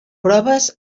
proves